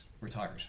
retired